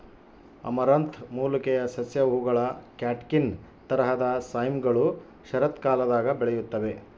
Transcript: amaranth ಮೂಲಿಕೆಯ ಸಸ್ಯ ಹೂವುಗಳ ಕ್ಯಾಟ್ಕಿನ್ ತರಹದ ಸೈಮ್ಗಳು ಶರತ್ಕಾಲದಾಗ ಬೆಳೆಯುತ್ತವೆ